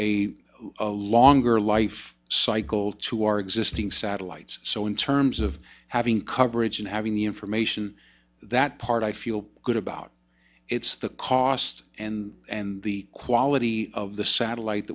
a longer life cycle to our existing satellites so in terms of having coverage and having the information that part i feel good about it's the cost and and the quality of the satellite